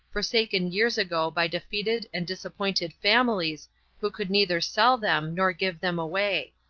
forsaken years ago by defeated and disappointed families who could neither sell them nor give them away.